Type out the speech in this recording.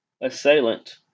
assailant